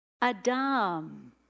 Adam